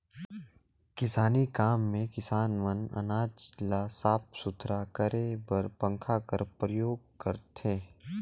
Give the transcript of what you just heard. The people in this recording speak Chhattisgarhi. किसानी काम मे किसान मन अनाज ल साफ सुथरा करे बर पंखा कर परियोग करथे